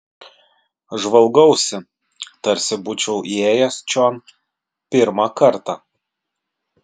žvalgausi tarsi būčiau įėjęs čion pirmą kartą